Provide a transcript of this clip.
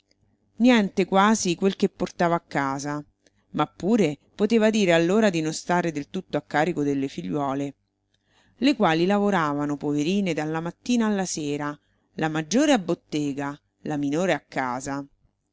niente quasi quel che portava a casa ma pure poteva dire allora di non stare del tutto a carico delle figliuole le quali lavoravano poverine dalla mattina alla sera la maggiore a bottega la minore a casa